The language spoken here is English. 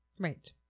Right